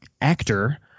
actor